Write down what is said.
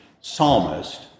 psalmist